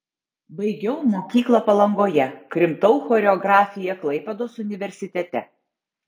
baigiau mokyklą palangoje krimtau choreografiją klaipėdos universitete